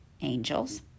angels